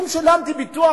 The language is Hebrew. ואם שילמתי ביטוח,